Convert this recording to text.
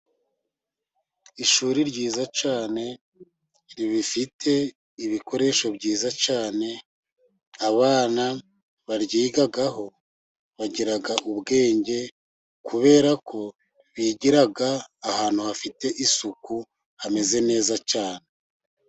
Ishuri ryiza cyane, rifite ibikoresho byiza cyane, abana baryigaho bagira ubwenge kubera ko bigira ahantu hafite isuku hameze neza cyane.